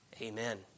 Amen